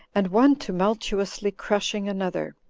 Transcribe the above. and one tumultuously crushing another,